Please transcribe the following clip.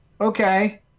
okay